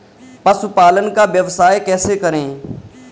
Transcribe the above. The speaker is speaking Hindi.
पशुपालन का व्यवसाय कैसे करें?